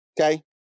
okay